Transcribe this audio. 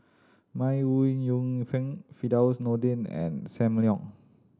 May Ooi Yu Fen Firdaus Nordin and Sam Leong